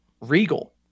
Regal